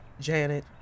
Janet